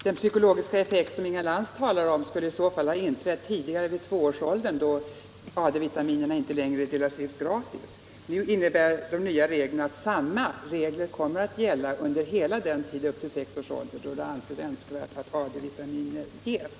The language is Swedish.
Den effekt som Inga Lantz talar om skulle i så fall ha inträtt vid tvåårsåldern då AD-vitaminerna inte längre delas ut gratis. De nya bestämmelserna innebär att samma regler kommer att gälla upp till sex års ålder, dvs. under hela den tid då det anses önskvärt att AD-vitaminer ges.